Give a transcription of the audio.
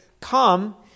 come